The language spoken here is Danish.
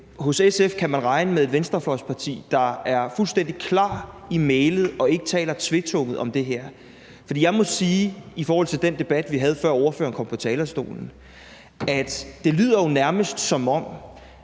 hos SF kan man regne med et venstrefløjsparti, der er fuldstændig klar i mælet og ikke taler tvetunget om det her. For jeg må sige i forhold til den debat, vi havde, før ordføreren kom på talerstolen, at det jo nærmest lyder,